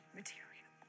material